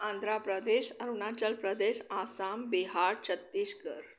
Andhra Pradesh Arunachal Pradesh Assam Bihar Chhattisgarh